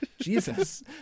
Jesus